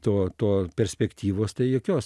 to to perspektyvos tai jokios